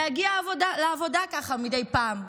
להגיע לעבודה ככה מדי פעם,